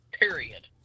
Period